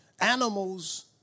Animals